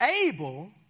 Able